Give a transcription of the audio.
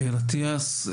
אייל אטיאס,